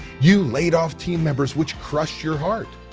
you laid off team members which crushed your heart.